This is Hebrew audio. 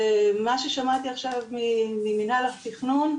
ומה ששמעתי עכשיו ממנהל התכנון,